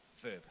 verb